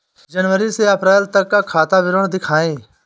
जनवरी से अप्रैल तक का खाता विवरण दिखाए?